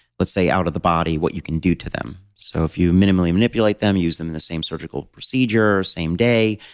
let's say out of the body, what you can do to them. so, if you minimally manipulate them, use them in the same surgical procedure, same day,